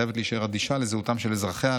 חייבת להישאר אדישה לזהותם של אזרחיה,